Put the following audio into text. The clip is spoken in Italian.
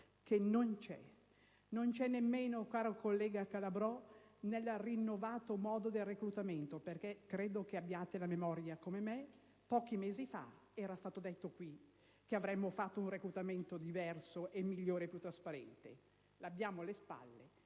che non c'è. Non c'è nemmeno, caro collega Calabrò, nelle rinnovate modalità del reclutamento. Credo che abbiate memoria, come me, del fatto che pochi mesi fa era stato detto in questa sede che avremmo fatto un reclutamento diverso, migliore e più trasparente. L'abbiamo alle spalle.